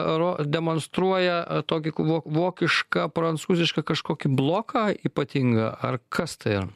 ro demonstruoja tokį vo vokišką prancūzišką kažkokį bloką ypatingą ar kas tai yra